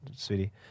Sweetie